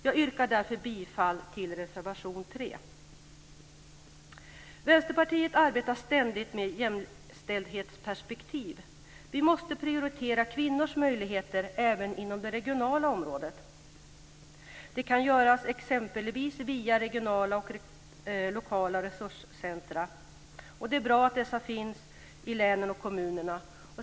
Jag yrkar därför bifall till reservation Vänsterpartiet arbetar ständigt med jämställdhetsperspektiv. Vi måste prioritera kvinnors möjligheter även inom det regionala området. Det kan göras exempelvis via regionala och lokala resurscentrum. Det är bra att dessa finns i länen och kommunerna.